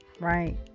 right